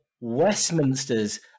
Westminster's